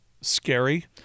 scary